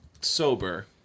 sober